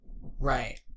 Right